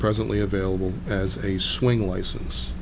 presently available as a swing license